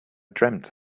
dreamt